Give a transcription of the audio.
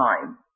time